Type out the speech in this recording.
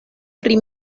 pri